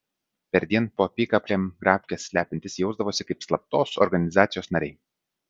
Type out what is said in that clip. perdien po apykaklėm grafkes slepiantys jausdavosi kaip slaptos organizacijos nariai